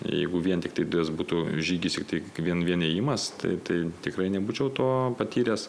jeigu vien tiktai tas būtų žygis tiktai vien vien ėjimas tai tikrai nebūčiau to patyręs